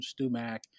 Stumac